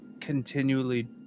continually